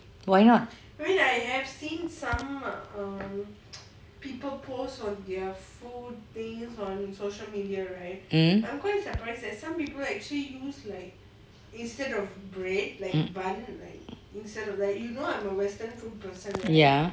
why not mmhmm ya